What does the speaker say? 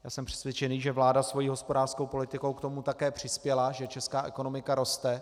Já jsem přesvědčený, že vláda svou hospodářskou politikou k tomu také přispěla, že česká ekonomika roste.